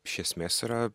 iš esmės yra